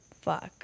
Fuck